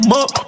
up